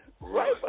Right